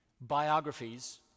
biographies